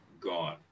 gone